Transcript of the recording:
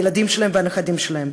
למען הילדים שלהם והנכדים שלהם,